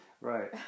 Right